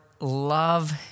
love